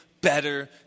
better